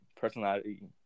personality